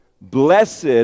Blessed